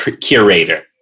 curator